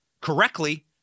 correctly